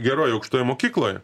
geroj aukštoj mokykloje